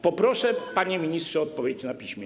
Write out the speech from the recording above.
Poproszę, panie ministrze, o odpowiedź na piśmie.